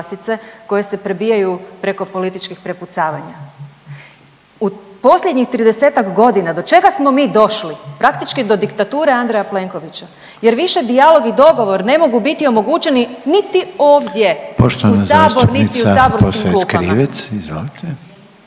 koje se prebijaju preko političkih prepucavanja. U posljednjih 30-tak godina do čega smo mi došli? Praktički do diktature Andreja Plenkovića, jer više dijalog i dogovor ne mogu biti omogućeni niti ovdje u Sabor niti u saborskim klupama.